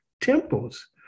temples